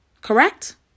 Correct